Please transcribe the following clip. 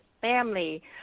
family